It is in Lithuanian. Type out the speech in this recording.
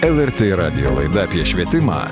lrt radijo laida apie švietimą